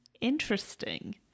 Interesting